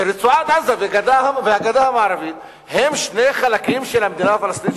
שרצועת-עזה והגדה המערבית הן שני החלקים של המדינה הפלסטינית,